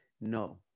no